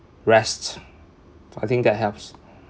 rests I think that helps